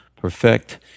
perfect